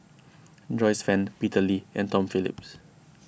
Joyce Fan Peter Lee and Tom Phillips